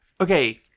Okay